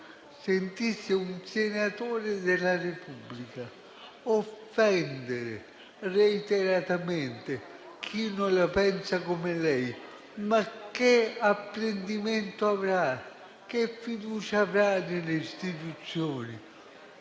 sentisse un senatore della Repubblica offendere reiteratamente chi non la pensa allo stesso modo, quale apprendimento avrebbe, che fiducia avrebbe nelle istituzioni,